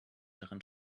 darin